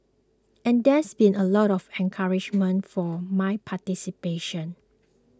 and there's been a lot of encouragement for my participation